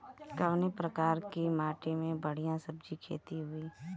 कवने प्रकार की माटी में बढ़िया सब्जी खेती हुई?